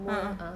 a'ah